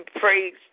praise